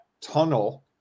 tunnel